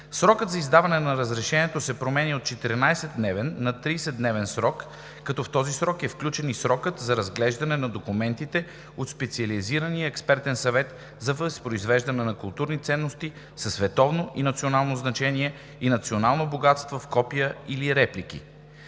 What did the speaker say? Срокът за издаване на разрешението се променя от 14-дневен на 30-дневен, като в този срок е включен и срокът за разглеждане на документите от Специализирания експертен съвет за възпроизвеждане на културни ценности със световно и национално значение и национално богатство в копия или реплики.